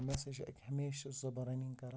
مےٚ سا چھُ ہمیشہٕ چھُس بہٕ رَنِنِگ کَران